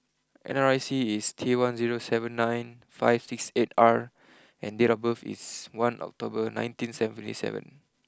N R I C is T one zero seven nine five six eight R and date of birth is one October nineteen seventy seven